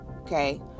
Okay